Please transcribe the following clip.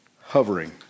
Hovering